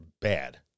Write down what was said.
bad